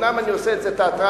אומנם אני עושה את זה תיאטרלי,